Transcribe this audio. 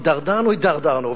הידרדרנו-הידרדרנו,